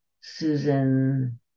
Susan